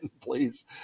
please